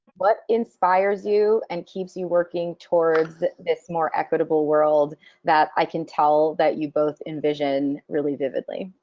what inspires you and keeps you working towards this more equitable world that i can tell that you both envision really vividly?